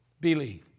believe